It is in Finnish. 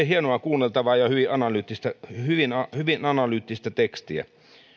hienoa kuunneltavaa ja hyvin hyvin analyyttistä tekstiä